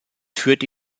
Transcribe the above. führte